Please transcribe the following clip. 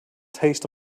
taste